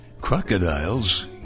Crocodiles